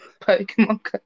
Pokemon